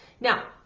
Now